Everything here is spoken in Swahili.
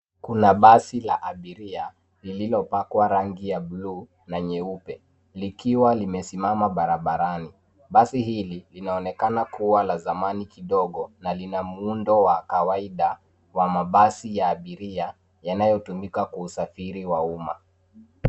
Kuna basi la abiria lililo pakwa rangi ya bluu na nyeupe likiwa limesimama barabarani. Basi hili linaonekana kuwa la zamani kidogo na lina muundo wa kawaida wa mabasi ya abiria yanayo tumika kwa usafiri wa umma.